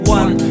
one